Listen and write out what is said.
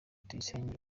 tuyisenge